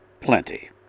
Plenty